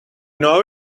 know